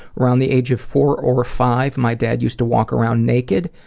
around the age of four or five my dad used to walk around naked,